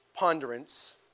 ponderance